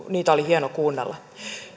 niitä oli hieno kuunnella